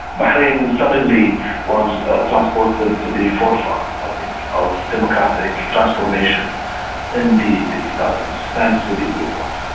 bahrain suddenly was transported to the forefront, i think, of democratic transformation in the the two thousand s, thanks to these reforms.